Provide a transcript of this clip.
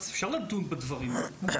אפשר לדון בדברים האלה.